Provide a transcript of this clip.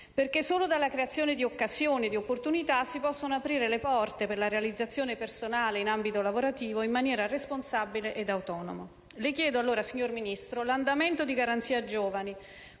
Solo dalla creazione di occasioni e di opportunità si possono aprire le porte per la realizzazione personale in ambito lavorativo in maniera responsabile ed autonoma. Le chiedo allora, signor Ministro, l'andamento di Garanzia giovani,